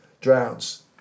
drowns